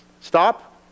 Stop